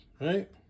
right